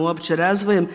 uopće razvojem